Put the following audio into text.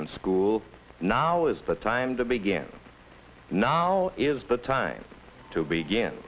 in school now is the time to begin now is the time to begin